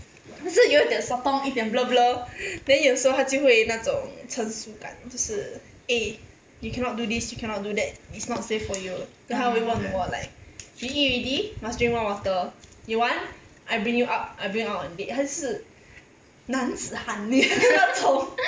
有时有点 sotong 一点 blur blur then 有时候他就会那种成熟感就是 eh you cannot do this you cannot do that it's not safe for you then 他会问我 like you eat already must drink more water you want I bring you out I bring you out on a date 他就是男子汉那种